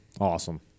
Awesome